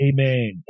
Amen